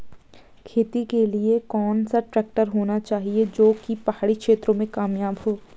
खेती के लिए कौन सा ट्रैक्टर होना चाहिए जो की पहाड़ी क्षेत्रों में कामयाब हो?